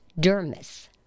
Dermis